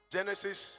Genesis